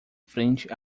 frente